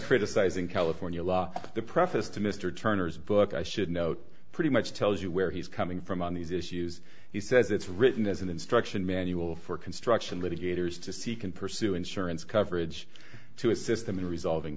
criticizing california law the preface to mr turner's book i should note pretty much tells you where he's coming from on these issues he says it's written as an instruction manual for construction litigators to see can pursue insurance coverage to assist them in resolving